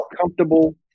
comfortable